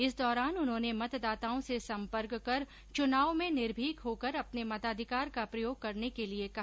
इस दौरान उन्होंने मतदाताओं से संपर्क कर चुनाव में निर्भिक होकर अपने मताधिकार का प्रयोग करने के लिए कहा